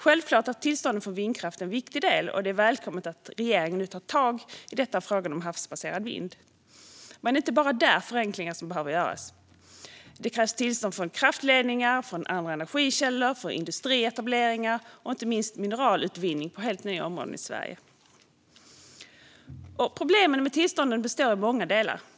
Självklart är tillstånden för vindkraft en viktig del, och det är välkommet att regeringen nu tar tag i frågan om havsbaserad vind. Men det är inte bara där som förenklingar behöver göras. Det krävs tillstånd för kraftledningar, andra energikällor, industrietableringar och inte minst mineralutvinning på helt nya områden i Sverige. Problemen med tillstånden består av många delar.